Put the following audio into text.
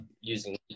using